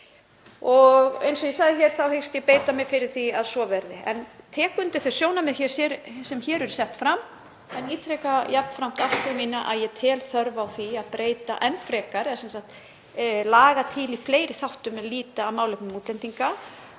Eins og ég sagði þá hyggst ég beita mér fyrir því að svo verði en tek undir þau sjónarmið sem hér eru sett fram. Ég ítreka jafnframt þá afstöðu mína að ég tel þörf á því að breyta enn frekar eða laga til í fleiri þáttum er lúta að málefnum útlendinga.